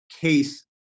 case